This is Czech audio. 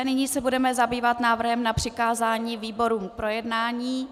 Nyní se budeme zabývat návrhem na přikázání výborům k projednání.